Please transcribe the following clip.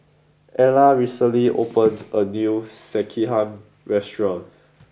Ella recently opened a new Sekihan restaurant